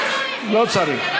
לא צריך.